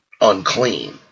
unclean